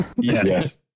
Yes